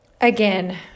Again